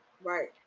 right